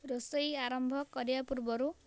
ରୋଷେଇ ଆରମ୍ଭ କରିବା ପୂର୍ବରୁ